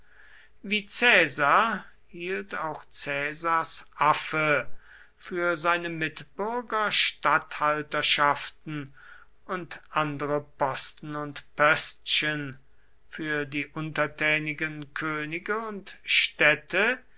wie caesar hielt auch caesars affe für seine mitbürger statthalterschaften und andere posten und pöstchen für die untertänigen könige und städte